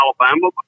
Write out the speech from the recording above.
Alabama